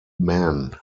man